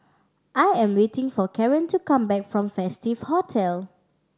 I am waiting for Caren to come back from Festive Hotel